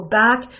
back